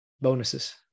bonuses